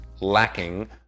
lacking